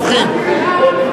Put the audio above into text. שלפחות לאלה שהחוק לא חל עליהם,